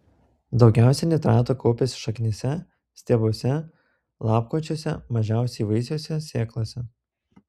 daugiausiai nitratų kaupiasi šaknyse stiebuose lapkočiuose mažiausiai vaisiuose sėklose